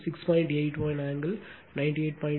81 angle 98